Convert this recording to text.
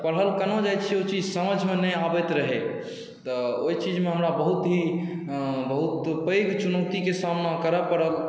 पढ़ल केना जाइ छै ओ चीज समझमे नहि आबैत रहै तऽ ओहि चीजमे हमरा बहुत ही बहुत पैघ चुनौतीके सामना करऽ पड़ल